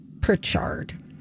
Pritchard